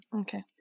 Okay